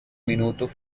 minuto